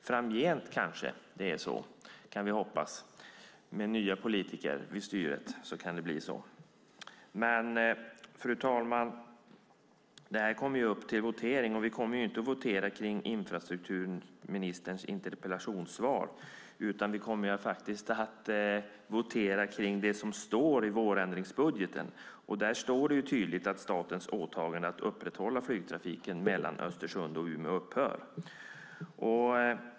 Framgent kanske det är så, kan vi hoppas. Med nya politiker vid styret kan det bli så. Fru talman! Det här kommer upp till votering. Vi kommer dock inte att votera om infrastrukturministerns interpellationssvar, utan vi kommer att votera kring det som står i vårändringsbudgeten. Där står det tydligt att statens åtagande att upprätthålla flygtrafiken mellan Östersund och Umeå upphör.